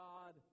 God